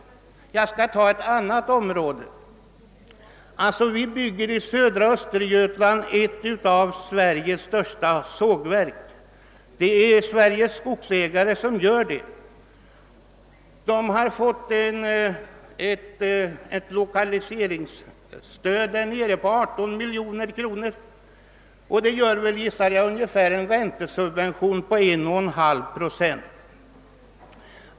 Jag vill peka på ett annat område, nämligen <sågverksindustrin. I södra Östergötland byggs för närvarande ett av Sveriges största sågverk av skogsägarna. Man har för detta fått ett lokaliseringstöd på 18 miljoner kronor, vilket torde medföra en räntesubvention på ungefär 1,5 procent.